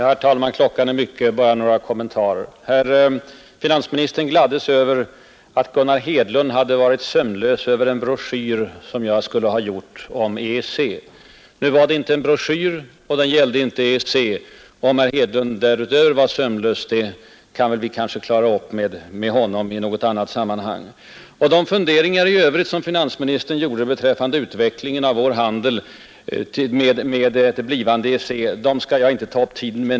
Herr talman! Klockan är mycket. Därför bara några kommentarer. Finansministern gladdes över att Gunnar Hedlund hade varit sömnlös över en broschyr som jag skulle ha gjort om EEC. Nu var det inte en broschyr och den gällde inte EEC. Om herr Hedlund trots det var sömnlös kan vi kanske klara upp med honom i något annat sammanhang. De funderingar i övrigt som finansministern gjorde beträffande utvecklingen av vår handel med det blivande EEC skall jag nu inte ta upp tiden med.